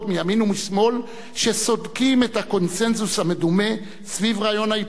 ומשמאל שסודקים את הקונסנזוס המדומה סביב רעיון ההיפרדות.